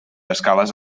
escales